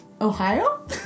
Ohio